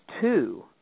two